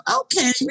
okay